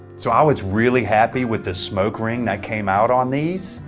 so i was really happy with the smoke ring that came out on these,